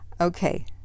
Okay